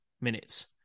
minutes